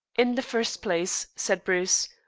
in the first place, said bruce,